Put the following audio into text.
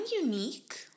unique